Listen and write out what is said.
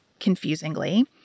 confusingly